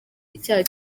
icyaha